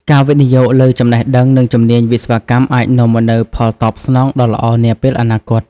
ការវិនិយោគលើចំណេះដឹង និងជំនាញវិស្វកម្មអាចនាំមកនូវផលតបស្នងដ៏ល្អនាពេលអនាគត។